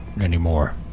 anymore